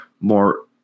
more